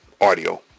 audio